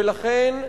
ולכן,